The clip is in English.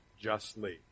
justly